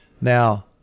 now